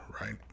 right